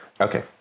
Okay